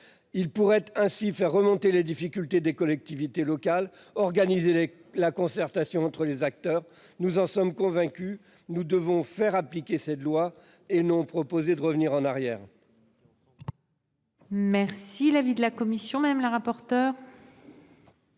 pourrait faire remonter les difficultés des collectivités locales et organiser la concertation entre les acteurs. Nous en sommes convaincus, il faut faire appliquer cette loi et non proposer de revenir en arrière